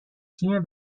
تیم